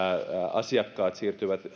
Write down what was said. asiakkaista siirtyy